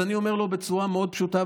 אז אני אומר לו בצורה מאוד פשוטה,